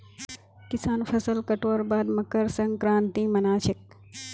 किसान फसल कटवार बाद मकर संक्रांति मना छेक